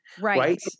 right